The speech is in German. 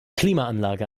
klimaanlage